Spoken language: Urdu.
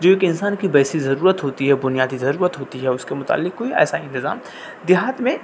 جو ایک انسان کی بیسک ضرورت ہوتی ہے بنیادی ضرورت ہوتی ہے اس کے متعلک کوئی ایسا انتظام دیہات میں